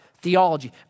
theology